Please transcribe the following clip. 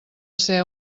ser